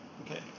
okay